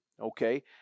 okay